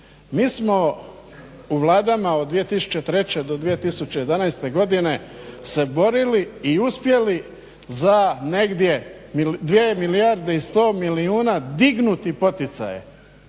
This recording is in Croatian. Mi smo u vladama od 2003. do 2011. godine se borili i uspjeli za negdje dvije milijarde i sto milijuna dignuti poticaje